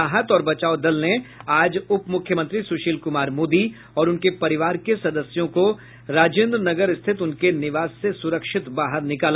राहत और बचाव दल ने आज उप मुख्यमंत्री सुशील कुमार मोदी और उनके परिवार के सदस्यों को राजेन्द्र नगर स्थित उनके निवास से सुरक्षित बाहर निकाला